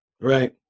Right